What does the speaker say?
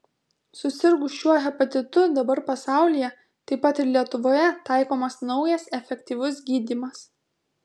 susirgus šiuo hepatitu dabar pasaulyje taip pat ir lietuvoje taikomas naujas efektyvus gydymas